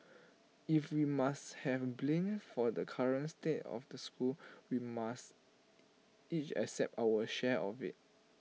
if we must have blame for the current state of the school we must each accept our share of IT